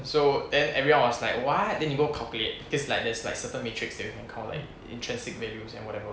so then everyone was like what then they go calculate cause like there's like certain matrices that you can count like intrinsic values and whatever